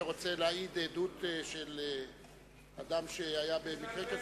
אתה רוצה להעיד עדות של אדם שהיה במקרה כזה?